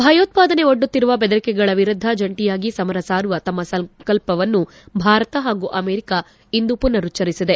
ಭಯೋತ್ಪಾದನೆ ಒಡ್ಡುತ್ತಿರುವ ಬೆದರಿಕೆಗಳ ವಿರುದ್ಧ ಜಂಟಿಯಾಗಿ ಸಮರ ಸಾರುವ ತಮ್ಮ ಸಂಕಲ್ಪವನ್ನು ಭಾರತ ಹಾಗೂ ಅಮೆರಿಕ ಇಂದು ಪುನರುಚ್ಚರಿಸಿದೆ